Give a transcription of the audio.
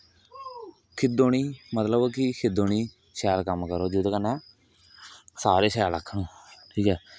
खिद्धो नेई मतलब कि खिद्धो नेई शैल कम्म करो जेहदे कन्ने सारे शैल आक्खन ठीक ऐ